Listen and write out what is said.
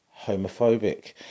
homophobic